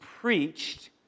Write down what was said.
preached